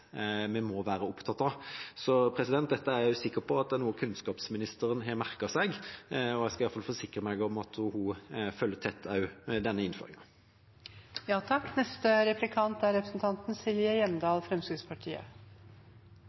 må være opptatt av. Dette er jeg sikker på er noe også kunnskapsministeren har merket seg, og jeg skal i alle fall forsikre meg om at hun følger tett også denne